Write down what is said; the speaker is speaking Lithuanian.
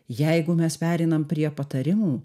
jeigu mes pereinam prie patarimų